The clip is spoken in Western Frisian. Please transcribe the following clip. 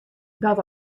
dat